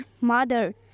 mother